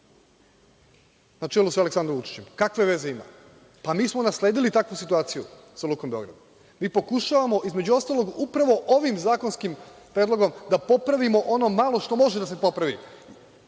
na čelu sa Aleksandrom Vučićem? Kakve veze ima? Pa mi smo nasledili takvu situaciju sa Lukom Beograd. Mi pokušavamo između ostalog upravo ovim zakonskim predlogom da popravimo ono malo što može da se popravi